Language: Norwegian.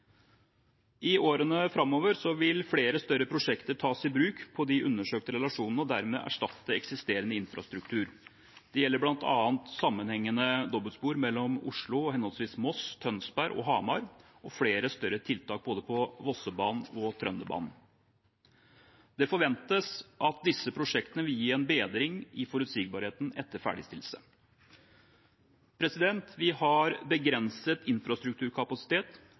I årene framover vil flere større prosjekter tas i bruk på de undersøkte relasjonene og dermed erstatte eksisterende infrastruktur. Det gjelder bl.a. sammenhengende dobbeltspor mellom Oslo og henholdsvis Moss, Tønsberg og Hamar og flere større tiltak både på Vossebanen og Trønderbanen. Det forventes at disse prosjektene vil gi en bedring i forutsigbarheten etter ferdigstillelse. Vi har begrenset infrastrukturkapasitet,